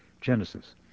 Genesis